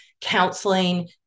Counseling